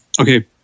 okay